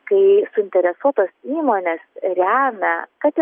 kai suinteresuotos įmonės remia kad ir